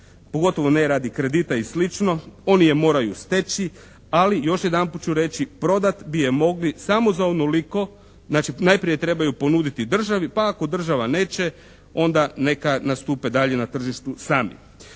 pogotovo ne radi kredita i sl., oni je moraju steći, ali još jedanput ću reći prodat bi je mogli samo za onoliko, znači najprije trebaju ponuditi državi pa ako država neće onda neka nastupe dalje na tržištu sami.